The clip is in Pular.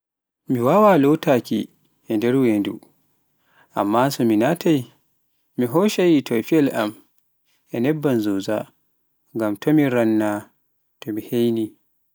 Mi wawaa lotaaki e nder wendu, amma so naatai mi hoccai tofiyel am e nebban zoza, ngam to mi ranna so mi heyni.